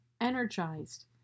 energized